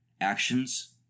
actions